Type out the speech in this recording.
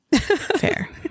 Fair